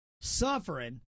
suffering